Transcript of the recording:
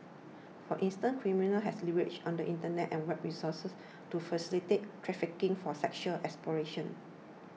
for instance criminals has leverage on the Internet and web resources to facilitate trafficking for sexual exploitation